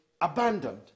abandoned